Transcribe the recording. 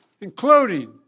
including